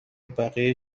بقیه